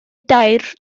dair